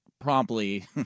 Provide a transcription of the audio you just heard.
promptly